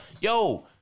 Yo